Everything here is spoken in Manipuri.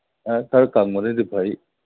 ꯑꯥ ꯈꯔ ꯀꯪꯕꯅꯗꯤ ꯐꯩ